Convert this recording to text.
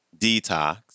Detox